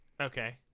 okay